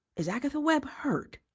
is agatha webb hurt?